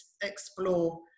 explore